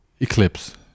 eclipse